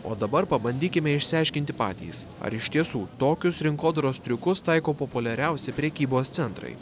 o dabar pabandykime išsiaiškinti patys ar iš tiesų tokius rinkodaros triukus taiko populiariausi prekybos centrai